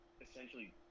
essentially